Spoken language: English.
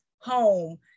home